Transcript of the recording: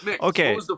Okay